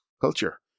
culture